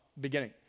beginning